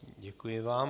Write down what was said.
Děkuji vám.